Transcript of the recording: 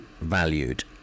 valued